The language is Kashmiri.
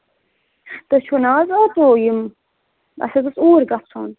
تُہۍ چھِو نہَ حظ اوپو یِم اسہِ حظ اوس اوٗرۍ گژھُن